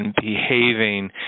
behaving